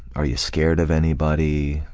are you scared of anybody?